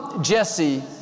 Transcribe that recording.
Jesse